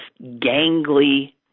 gangly